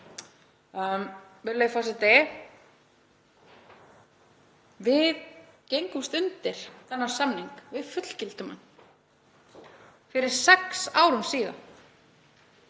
Við gengumst undir þennan samning og fullgiltum hann fyrir sex árum síðan